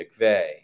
McVeigh